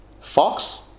Fox